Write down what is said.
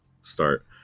start